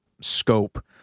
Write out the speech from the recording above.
scope